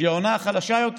שהיא העונה החלשה יותר?